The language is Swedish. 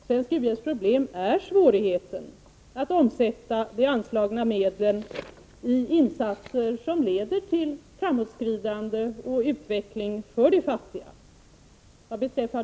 Svensk u-hjälps problem är svårigheten att omsätta de anslagna medlen i insatser som leder till framåtskridande och utveckling för de fattiga.